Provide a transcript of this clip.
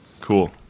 Cool